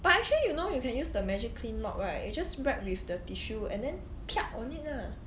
but actually you know you can use the Magiclean mop right you just wrap with the tissue and then on it lah